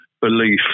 belief